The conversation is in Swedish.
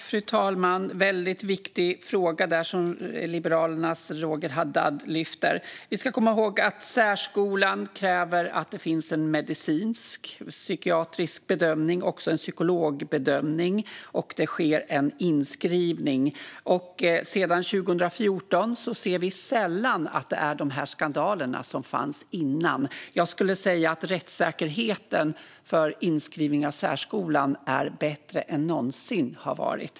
Fru talman! Det är en väldigt viktig fråga som Liberalernas Roger Haddad lyfter. Vi ska komma ihåg att särskolan kräver att det finns en medicinsk psykiatrisk bedömning och också en psykologbedömning. Det sker en inskrivning. Sedan 2014 ser vi sällan sådana skandaler som har funnits tidigare. Jag skulle säga att rättssäkerheten vid inskrivning i särskolan är bättre än någonsin.